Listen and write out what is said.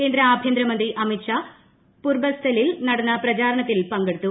കേന്ദ്ര ആഭ്യന്തരമന്ത്രി അമിത്ഷാ പുർബസ്ഥലിൽ നടന്ന പ്രചാരണത്തിൽ പങ്കെടുത്തു